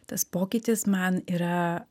tas pokytis man yra